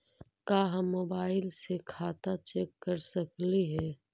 का हम मोबाईल से खाता चेक कर सकली हे?